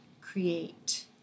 create